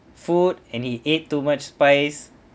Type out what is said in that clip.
food and he ate too much spice